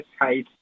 hi